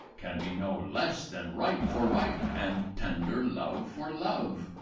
can be no less than right for right and tender love for love.